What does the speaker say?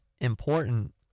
important